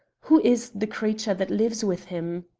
who is the creature that lives with him?